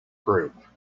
group